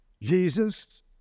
Jesus